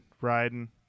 riding